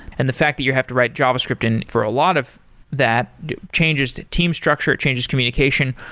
and the fact that you have to write javascript in for a lot of that changes the team structure, it changes communication,